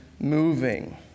moving